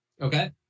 Okay